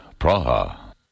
Praha